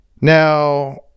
Now